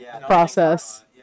process